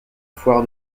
foire